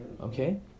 okay